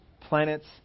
planets